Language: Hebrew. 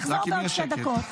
צא, תחזור בעוד שתי דקות.